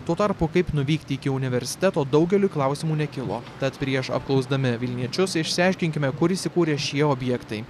tuo tarpu kaip nuvykti iki universiteto daugeliui klausimų nekilo tad prieš apklausdami vilniečius išsiaiškinkime kur įsikūrę šie objektai